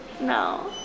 No